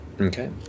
Okay